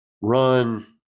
run